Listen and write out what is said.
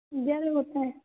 ग्यारह होते हैं